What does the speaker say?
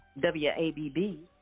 W-A-B-B